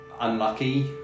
unlucky